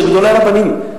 של גדולי הרבנים,